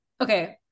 okay